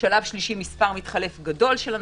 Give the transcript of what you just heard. שלב שלישי מספר מתחלף גדול של אנשים.